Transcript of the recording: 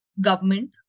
government